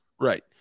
Right